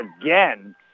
again